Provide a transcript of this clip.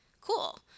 Cool